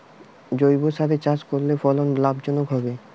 জৈবসারে চাষ করলে ফলন লাভজনক হবে?